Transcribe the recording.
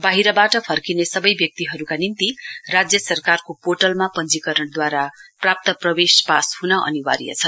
बाहिरबाट फर्किने सबै व्यक्तिहरूका निम्ति राज्य सरकारको पोर्टलमा पञ्जीकरणद्वारा प्राप्त प्रवेश पास हुन अनिवार्य छ